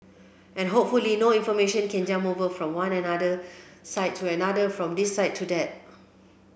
and hopefully no information can jump over from one another side to another from this side to that